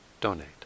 donate